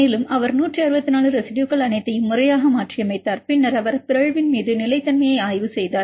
மேலும் அவர் 164 ரெசிடுயுகள் அனைத்தையும் முறையாக மாற்றியமைத்தார் பின்னர் அவர் பிறழ்வின் மீது நிலைத்தன்மையை ஆய்வு செய்தார்